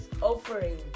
offering